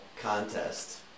contest